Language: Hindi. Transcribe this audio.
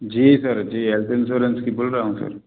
जी सर जी हेल्थ इंश्योरेंस का बोल रहा हूँ सर